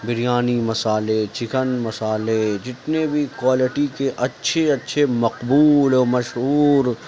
بریانی مسالے چکن مسالے جنتے بھی کوالٹی کے اچھے اچھے مقبول و مشہور